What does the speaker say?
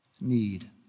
need